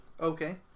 Okay